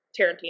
Tarantino